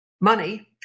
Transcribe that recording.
money